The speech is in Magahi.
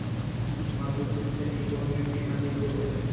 मसूर की खेती कौन मिट्टी में अधीक होबो हाय?